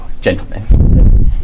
gentlemen